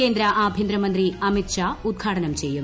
കേന്ദ്ര ആഭ്യന്തമന്ത്രി അമിത്ഷാ ഉദ്ഘാടനം ചെയ്യും